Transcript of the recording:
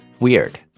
weird